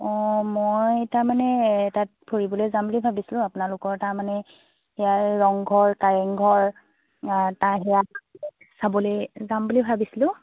অঁ মই তাৰমানে তাত ফুৰিবলে যাম বুলি ভাবিছিলোঁ আপোনালোকৰ তাৰমানে ইয়াৰ ৰংঘৰ কাৰেংঘৰ তাৰ সেয়া চাবলৈ যাম বুলি ভাবিছিলোঁ